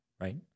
right